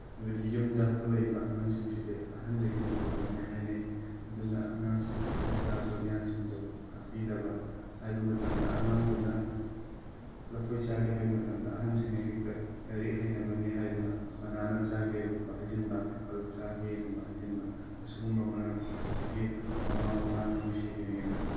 ꯍꯥꯏꯕꯗꯤ ꯌꯨꯝꯗ ꯍꯧꯒꯠꯂꯛꯏꯕ ꯑꯉꯥꯡꯁꯤꯡꯁꯤꯗꯤ ꯑꯍꯟꯗꯒꯤ ꯃꯇꯧ ꯇꯝꯃꯦ ꯍꯥꯏꯅꯩ ꯑꯗꯨꯅ ꯑꯉꯥꯡꯁꯤꯡ ꯑꯗꯨꯗ ꯂꯣꯟꯌꯥꯟꯁꯤꯡꯗꯣ ꯇꯥꯛꯄꯤꯗꯕ ꯍꯥꯏꯕ ꯃꯇꯝꯗ ꯑꯉꯥꯡꯗꯨꯅ ꯂꯐꯣꯏ ꯆꯥꯒꯦ ꯍꯥꯏꯕ ꯃꯇꯝꯗ ꯑꯍꯟꯁꯤꯡꯅ ꯍꯦꯛꯇ ꯂꯥꯏꯔꯤꯛ ꯍꯩꯅꯕꯅꯤ ꯍꯥꯏꯗꯨꯅ ꯕꯅꯥꯅꯥ ꯆꯥꯒꯦ ꯒꯨꯝꯕ ꯍꯥꯏꯖꯤꯟꯕ ꯑꯦꯄꯜ ꯆꯥꯒꯦꯒꯨꯝꯕ ꯍꯥꯏꯖꯤꯟꯕ ꯃꯁꯤꯒꯨꯝꯕ ꯃꯔꯝ ꯑꯗꯨꯗꯒꯤ ꯃꯃꯥ ꯃꯄꯥꯅ ꯅꯨꯡꯁꯤꯔꯤꯅꯦꯅ